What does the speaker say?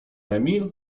emil